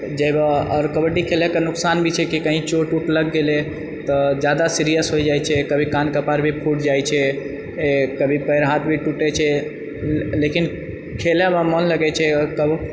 जेबह आओर कबड्डी खेलैके नुकसान भी छै कही चोट वूट लग गेलैए तऽ जादा सीरियस होए जाइछै कभी कान कपाड़ भी फूटि जाइछेै कभी पैर हाथ भी टूटैए छै लेकिन खेलैमे मन लगैछेै आओर कब